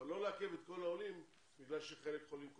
אבל לא לעכב את כל העולים בגלל שחלק חולים בקורונה.